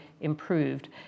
improved